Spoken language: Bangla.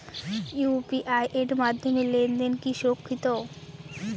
ইউ.পি.আই এর মাধ্যমে লেনদেন কি সুরক্ষিত?